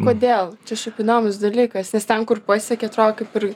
kodėl čia šiaip įdomus dalykas nes ten kur pasiekė atrodo kaip ir